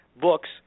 books